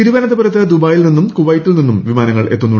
തിരുവനന്തപുരത്ത് ദുബായിൽ നിന്നും കുവൈറ്റിൽ നിന്നും വിമാനങ്ങൾ എത്തും